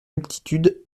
multitude